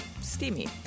Steamy